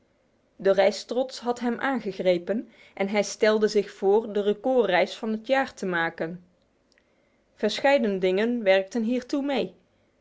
de reistrots had hem aangegrepen en hij stelde zich voor de recordreis van het jaar te maken erscheidene dingen werkten hiertoe mee